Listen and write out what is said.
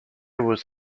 was